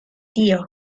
tio